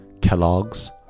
Kellogg's